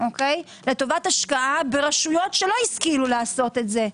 לטובת השקעה ברשויות שלא השכילו לעשות את זה.